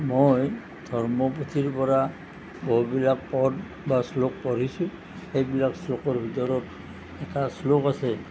মই ধৰ্ম পুথিৰ পৰা বহুতবিলাক পদ বা শ্লোক পঢ়িছোঁ সেইবিলাক শ্লোকৰ ভিতৰত এটা শ্লোক আছে